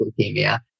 leukemia